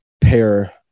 pair